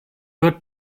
wird